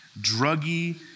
druggy